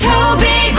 Toby